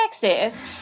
Texas